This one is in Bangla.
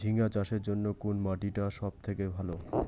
ঝিঙ্গা চাষের জইন্যে কুন মাটি টা সব থাকি ভালো?